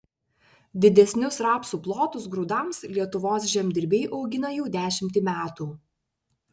didesnius rapsų plotus grūdams lietuvos žemdirbiai augina jau dešimtį metų